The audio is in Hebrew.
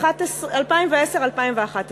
2010. 2010 2011,